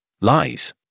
lies